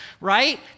right